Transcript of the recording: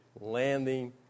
landing